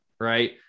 right